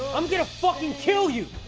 i'm gonna fucking kill you.